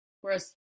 whereas